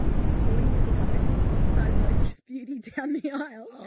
it's four years ago since i rode this beauty down the aisle.